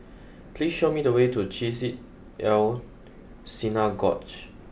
please show me the way to Chesed El Synagogue